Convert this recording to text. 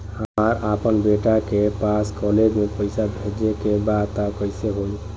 हमरा अपना बेटा के पास कॉलेज में पइसा बेजे के बा त कइसे होई?